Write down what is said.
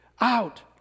out